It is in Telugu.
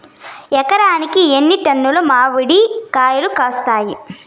ఎకరాకి ఎన్ని టన్నులు మామిడి కాయలు కాస్తాయి?